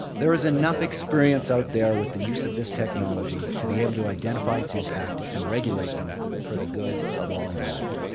there is enough experience out there with the use of this technology to be able to identify its impact and regulate them for the good of all involved.